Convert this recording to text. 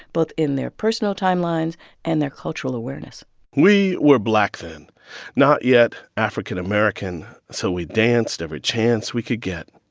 both in their personal timelines and their cultural awareness we were black then not yet african-american. so we danced every chance we could get.